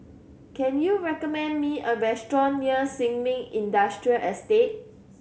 can you recommend me a restaurant near Sin Ming Industrial Estate